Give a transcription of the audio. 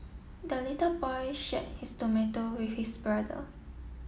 the little boy shared his tomato with his brother